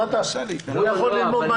הוא יכול ללמוד ממני.